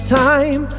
time